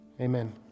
Amen